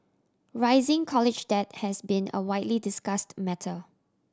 rising college debt has been a widely discussed matter